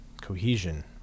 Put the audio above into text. cohesion